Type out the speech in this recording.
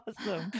Awesome